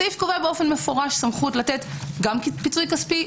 הסעיף קובע מפורשות סמכות לתת גם פיצוי כספי,